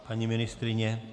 Paní ministryně?